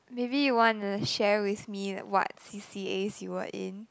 maybe you want to share with me what c_c_as you were in